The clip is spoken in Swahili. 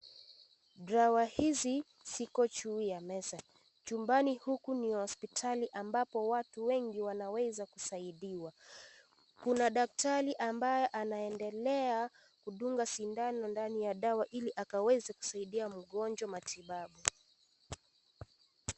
Dawa hizi ziko juu ya meza. Chumbani huku ni hospitali ambapo watu wengi Wanaweza kusaidiwa. Kuna daktari ambaye anaendelea kudunga sindano ndani ya dawa Ili akaweze kusaidia mgonjwa matibabu.